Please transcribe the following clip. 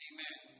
Amen